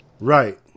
Right